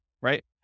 right